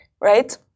Right